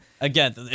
again